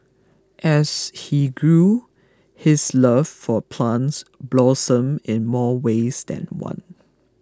as he grew his love for plants blossomed in more ways than one